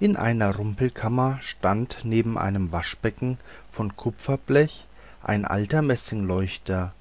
in einer rumpelkammer stand neben einem waschbecken von kupferblech ein alter messingleuchter